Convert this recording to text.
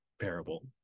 parable